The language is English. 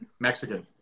Mexican